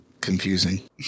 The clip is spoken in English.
confusing